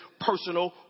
personal